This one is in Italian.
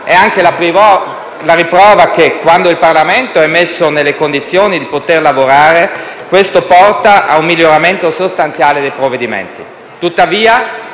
è anche la riprova che quando il Parlamento è messo nelle condizioni di poter lavorare, questo porta ad un miglioramento sostanziale dei provvedimenti.